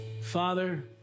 Father